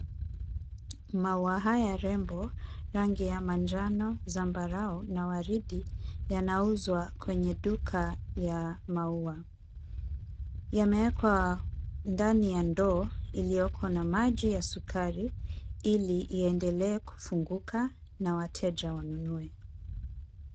Maua haya rembo rangi ya manjano, zambarau na waridi yanauzwa kwenye duka ya maua. Yamewekwa ndani ya ndoo iliyoko na maji ya sukari ili iendelee kufunguka na wateja wanunue.